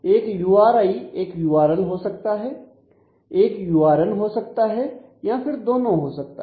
एक U R I एक URL हो सकता है एक यु आर एन हो सकता है या फिर दोनों हो सकता है